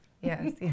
Yes